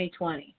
2020